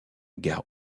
gare